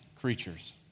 creatures